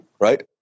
right